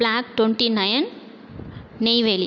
black twenty nine Neyveli